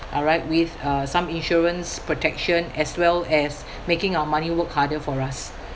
alright with uh some insurance protection as well as making our money work harder for us